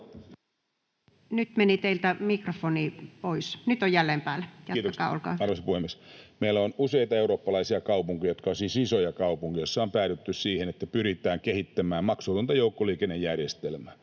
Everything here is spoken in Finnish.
[Puhujan mikrofoni sulkeutuu] Kiitos, arvoisa puhemies! — Meillä on useita eurooppalaisia kaupunkeja, jotka ovat siis isoja kaupunkeja, joissa on päädytty siihen, että pyritään kehittämään maksutonta joukkoliikennejärjestelmää.